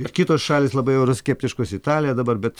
ir kitos šalys labai euroskeptiškos italija dabar bet